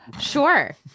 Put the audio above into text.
sure